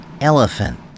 Elephant